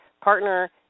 partner